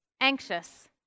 anxious